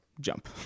jump